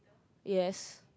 yes